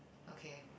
okay